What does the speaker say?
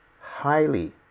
Highly